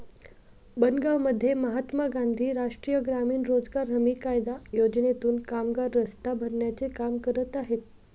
बनगावमध्ये महात्मा गांधी राष्ट्रीय ग्रामीण रोजगार हमी कायदा योजनेतून कामगार रस्ता भरण्याचे काम करत आहेत